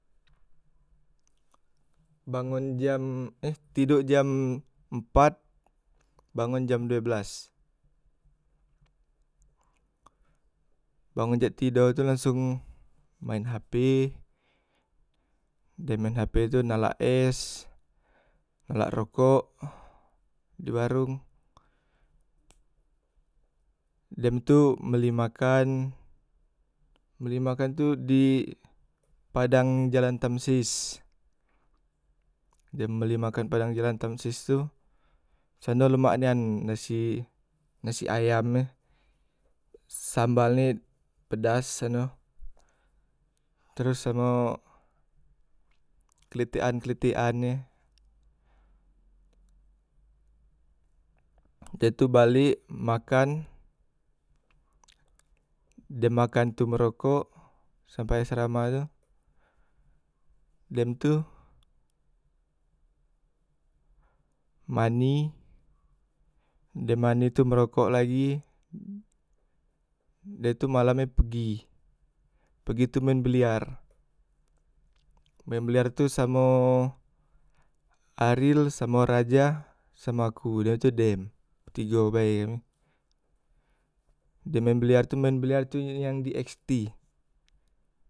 bangun jam eh tidok jam empat bangun jam due belas bangun cak tido tu langsung main hp, dem maen hp tu nalak es, nalak rokok di warong, dem tu beli makan, beli makan tu di padang jalan tamsis dem beli makan padang jalan tamsis tu disano lemak nian nasi, nasi ayam e sambal e pedas sano teros samo kletekan- kletekan e de tu balek makan dem makan tu ngerokok sampai asrama tu dem tu mani, dem mandi tu ngerokok lagi, de tu malam e pegi, pegi tu main biliar, main biliar tu samo aril, samo raja, samo aku da tu dem betigo bae da tu main biliar tu main biliar yang di eksti.